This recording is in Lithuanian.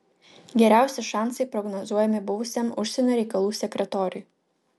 geriausi šansai prognozuojami buvusiam užsienio reikalų sekretoriui